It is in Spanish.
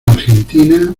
argentina